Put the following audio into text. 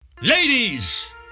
Ladies